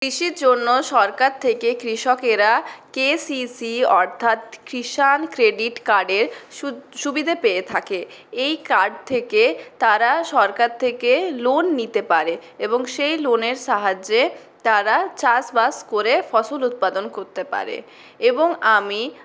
কৃষির জন্য সরকার থেকে কৃষকেরা কে সি সি অর্থাৎ কৃষাণ ক্রেডিট কার্ডের সু সুবিধে পেয়ে থাকে এই কার্ড থেকে তারা সরকার থেকে লোন নিতে পারে এবং সেই লোনের সাহায্যে তারা চাষবাস করে ফসল উৎপাদন করতে পারে এবং আমি